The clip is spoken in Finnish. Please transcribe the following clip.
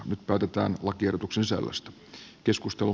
nyt päätetään lakiehdotuksen sisällöstä